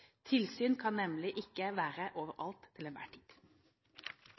Tilsyn kan nemlig ikke være over alt til enhver tid.